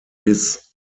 bis